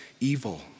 evil